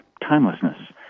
timelessness